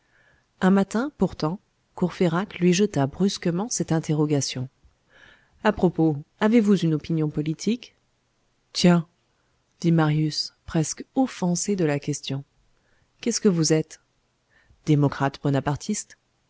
un matin pourtant courfeyrac lui jeta brusquement cette interrogation à propos avez-vous une opinion politique tiens dit marius presque offensé de la question qu'est-ce que vous êtes